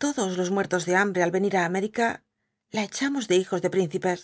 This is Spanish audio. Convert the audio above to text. tpdos los muertos de hambre al venir á américa la echamos de hijos de príncipes